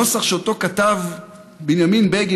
הנוסח שאותו כתב בני בגין,